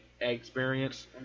experience